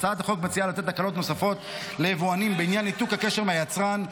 הצעת החוק מציעה לתת הקלות נוספות ליבואנים בעניין ניתוק הקשר מהיצרן,